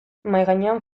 mahaigainean